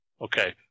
Okay